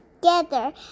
together